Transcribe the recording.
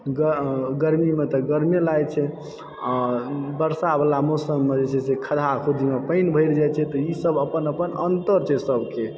गरमी मे तऽ गर्मिये लागै छै आ बरसा बला मौसममे जे छै से खद्दा खुद्दी मे पानि भरि जाइ छै तऽ ई सब अपन अपन अन्तर छै सब के